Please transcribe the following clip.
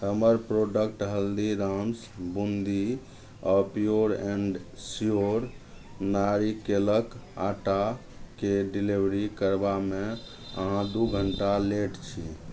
हमर प्रोडक्ट हल्दीराम्स बूंदी आओर pure and sure नारिकेलक आटाके डिलेवरी करबामे अहाँ दू घण्टा लेट छी